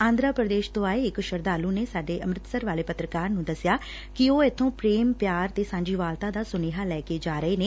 ਆਂਧਰਾ ਪ੍ਰਦੇਸ਼ ਤੋਂ ਆਏ ਇਕ ਸ਼ਰਧਾਲੁ ਨੇ ਸਾਡੇ ਅੰਮਿਤਸਰ ਵਾਲੇ ਪੱਤਰਕਾਰ ਨੂੰ ਦਸਿਆ ਕਿ ਉਹ ਇਬੋਂ ਪ੍ਰੇਮ ਪਿਆਰ ਤੇ ਸਾਂਝੀਵਾਲਤਾ ਦਾ ਸੁਨੇਹਾ ਲੈ ਕੇ ਜਾ ਰਹੇ ਨੇ